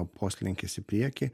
poslinkis į priekį